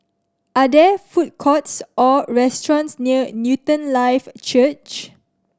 are there food courts or restaurants near Newton Life Church